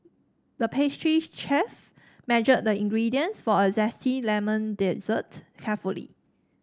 the pastry chef measured the ingredients for a zesty lemon dessert carefully